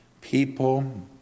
people